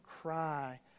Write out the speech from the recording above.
cry